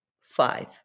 five